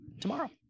tomorrow